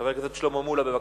חבר הכנסת שלמה מולה, בבקשה.